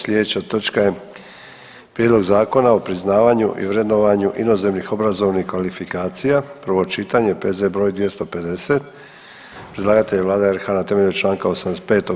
Sljedeća točka je: - Prijedlog Zakona o priznavanju i vrednovanju inozemnih obrazovnih kvalifikacija, prvo čitanje, P.Z. br. 250; Predlagatelj je Vlada RH na temelju čl. 85.